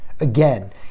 Again